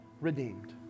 redeemed